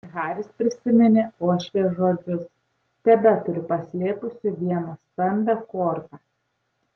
haris prisiminė uošvės žodžius tebeturiu paslėpusi vieną stambią kortą